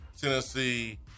Tennessee